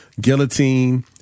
Guillotine